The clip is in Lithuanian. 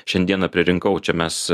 šiandieną pririnkau čia mes